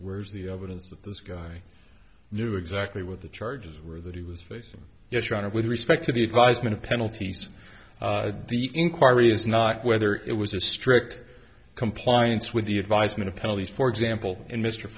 where's the evidence that this guy knew exactly what the charges were that he was facing yes your honor with respect to the advisement of penalties the inquiry is not whether it was a strict compliance with the advisement of penalties for example in mr